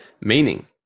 meaning